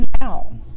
now